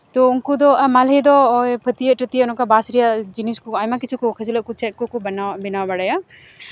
ᱛᱚ ᱩᱱᱠᱩ ᱫᱚ ᱢᱟᱦᱞᱮ ᱫᱚ ᱳᱭ ᱯᱷᱟᱹᱛᱭᱟᱹᱜ ᱴᱟᱹᱛᱭᱟᱹᱜ ᱨᱮᱭᱟᱜ ᱱᱚᱝᱠᱟ ᱵᱟᱥ ᱨᱮᱭᱟᱜ ᱡᱤᱱᱤᱥ ᱠᱚ ᱟᱭᱢᱟ ᱠᱤᱪᱷᱩ ᱠᱚ ᱠᱷᱟᱹᱪᱞᱟᱹᱜ ᱠᱚ ᱪᱮᱫ ᱠᱚᱠᱚ ᱵᱮᱱᱟᱣ ᱵᱮᱱᱟᱣ ᱵᱟᱲᱟᱭᱟ